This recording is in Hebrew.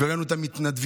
וראינו את המתנדבים